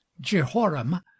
Jehoram